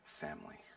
family